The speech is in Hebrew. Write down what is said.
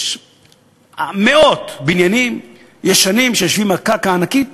יש מאות בניינים ישנים שיושבים על קרקע ענקית